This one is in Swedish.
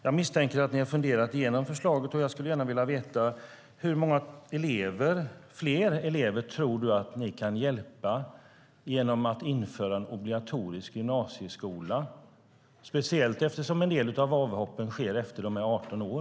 Jag misstänker att ni har funderat igenom förslaget, och jag skulle gärna vilja veta: Hur många fler elever tror du att ni kan hjälpa genom att införa en obligatorisk gymnasieskola, speciellt eftersom en del av avhoppen sker efter att de fyllt 18 år?